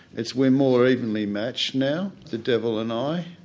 it's, we're more evenly matched now the devil and i.